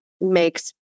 makes